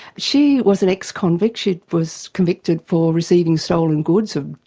she was an ex-convict, she was convicted for receiving stolen goods, um